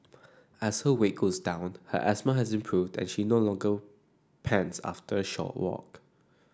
as her weight goes downed her asthma has improved and she no longer pants after a short walk